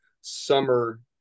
summer